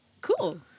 Cool